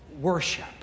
worship